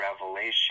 Revelation